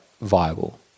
viable